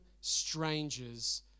strangers